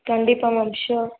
கண்டிப்பாக ma'am sure